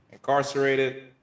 Incarcerated